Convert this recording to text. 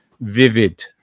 vivid